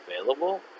available